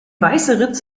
weißeritz